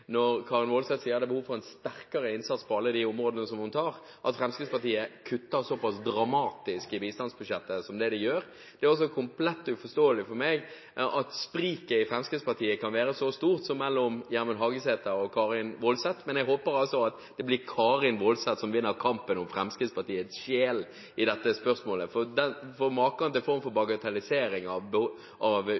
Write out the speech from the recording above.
en sterkere innsats på alle de områdene som hun nevner, at Fremskrittspartiet kutter såpass dramatisk i bistandsbudsjettet som de gjør. Det er også komplett uforståelig for meg at spriket i Fremskrittspartiet kan være så stort som det er mellom Gjermund Hagesæter og Karin S. Woldseth. Men jeg håper at det blir Karin S. Woldseth som vinner kampen om Fremskrittspartiets sjel i dette spørsmålet, for maken til form for bagatellisering av